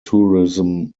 tourism